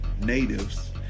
natives